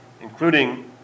including